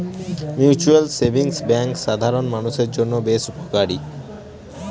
mutual savings bank সাধারন মানুষের জন্য বেশ উপকারী